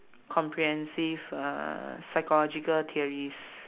comprehensive uh psychological theories